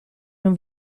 non